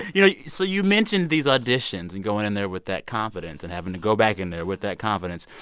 you know, so you mentioned these auditions and going in there with that confidence and having to go back in there with that confidence.